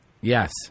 Yes